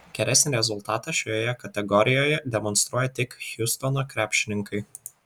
geresnį rezultatą šioje kategorijoje demonstruoja tik hjustono krepšininkai